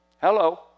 Hello